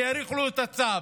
כי האריכו לו את הצו.